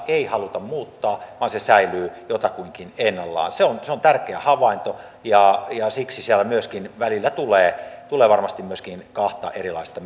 ei haluta muuttaa vaan se säilyy jotakuinkin ennallaan se on se on tärkeä havainto ja ja siksi välillä tulee tulee varmasti myöskin kahta erilaista